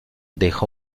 dejó